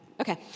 Okay